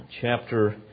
chapter